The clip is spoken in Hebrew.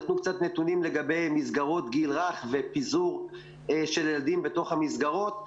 נתנו קצת נתונים לגבי מסגרות גיל רך ופיזור של ילדים בתוך המסגרות.